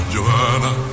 Johanna